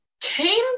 came